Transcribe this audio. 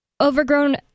overgrown